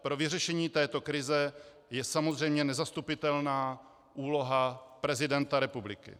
Pro vyřešení této krize je samozřejmě nezastupitelná úloha prezidenta republiky.